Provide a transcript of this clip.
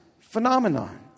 phenomenon